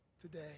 today